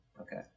okay